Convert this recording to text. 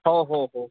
हो हो हो